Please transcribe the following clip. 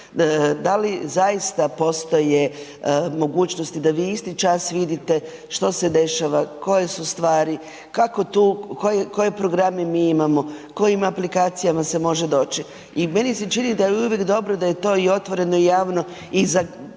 Da li zaista postoje mogućnosti da vi isti čas vidite što se dešava, koje su stvari, koje programe mi imamo, kojim aplikacijama se može doći? I meni se čini da je uvijek dobro da je to otvoreno i javno i za građane